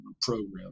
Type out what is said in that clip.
program